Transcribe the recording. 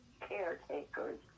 caretakers